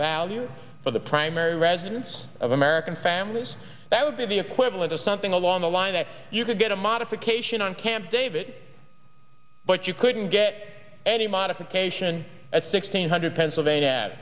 value for the primary residence of american families that would be the equivalent of something along the line that you could get a modification on camp david but you couldn't get any modification at sixteen hundred pennsylvania